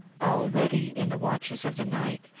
already, in the watches of the night,